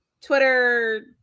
Twitter